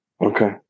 Okay